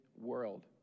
world